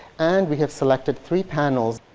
and we have selected three panels.